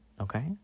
okay